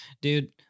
dude